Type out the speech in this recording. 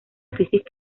crisis